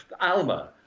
Alma